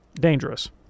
dangerous